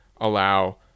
allow